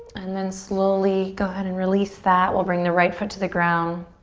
and then slowly go ahead and release that. we'll bring the right foot to the ground.